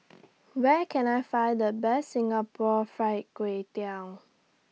Where Can I Find The Best Singapore Fried Kway Tiao